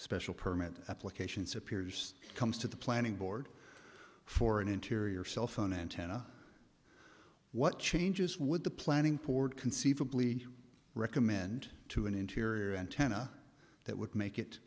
special permit application superiors comes to the planning board for an interior cellphone antenna what changes would the planning port conceivably recommend to an interior antenna that would make it